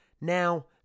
Now